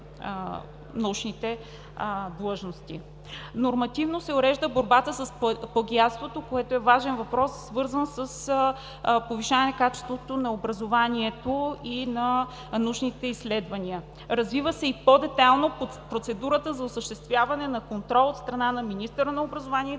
Нормативно се урежда борбата с плагиатството, което е важен въпрос, свързан с повишаване качеството на образованието и на научните изследвания. Развива се и по-детайлно процедурата за осъществяване на контрол от страна на министъра на образованието и